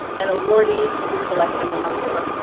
and awardees will be selected in october.